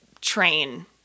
train